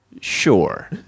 Sure